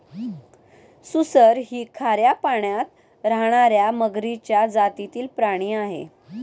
सुसर ही खाऱ्या पाण्यात राहणार्या मगरीच्या जातीतील प्राणी आहे